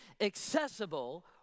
Accessible